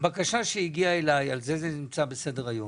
בקשה שהגיעה אלי, על זה זה נמצא בסדר היום,